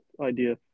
idea